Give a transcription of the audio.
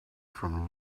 from